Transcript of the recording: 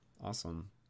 Awesome